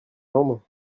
jambe